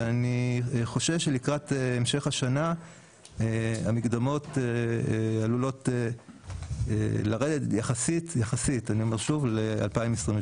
ואני חושש שלקראת המשך השנה המקדמות עלולות לרדת יחסית ל-2022.